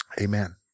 Amen